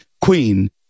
Queen